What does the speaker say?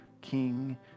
King